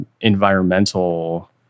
environmental